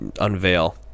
unveil